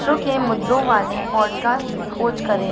पुरुषों के मुद्दों वाले पॉडकास्ट की खोज करें